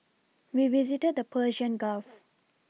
we visited the Persian Gulf